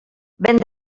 vent